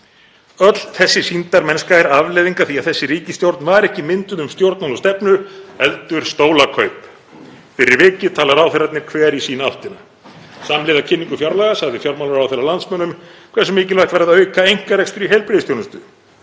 Öll þessi sýndarmennska er afleiðing af því að þessi ríkisstjórn var ekki mynduð um stjórnmálastefnu heldur stólakaup. Fyrir vikið tala ráðherrarnir hver í sína áttina. Samhliða kynningu fjárlaga sagði fjármálaráðherra landsmönnum hversu mikilvægt væri að auka einkarekstur í heilbrigðisþjónustu.